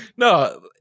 No